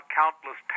countless